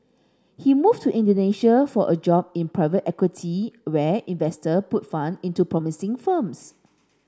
he moved to Indonesia for a job in private equity where investor put fund into promising firms